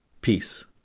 Peace